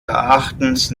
erachtens